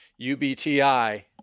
UBTI